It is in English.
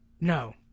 no